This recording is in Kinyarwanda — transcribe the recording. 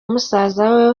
musaza